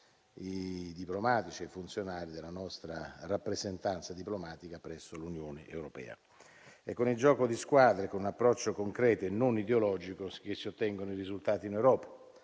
i diplomatici e i funzionari della nostra rappresentanza diplomatica presso l'Unione europea. È con il gioco di squadra e con un approccio concreto e non ideologico che si ottengono i risultati in Europa.